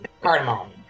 cardamom